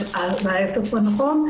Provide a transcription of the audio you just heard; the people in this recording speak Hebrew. ההיפך הוא הנכון.